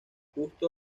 justo